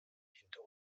hinter